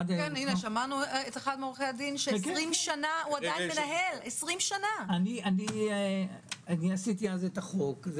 שמענו את עורך הדין פוזנר שמנהל את התיקים של האסון אחרי 20 שנים.